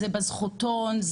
זה בזכותון?